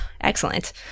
excellent